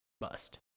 bust